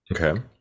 Okay